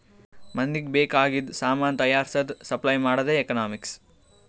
ಮಂದಿಗ್ ಬೇಕ್ ಆಗಿದು ಸಾಮಾನ್ ತೈಯಾರ್ಸದ್, ಸಪ್ಲೈ ಮಾಡದೆ ಎಕನಾಮಿಕ್ಸ್